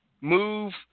move